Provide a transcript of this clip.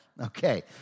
okay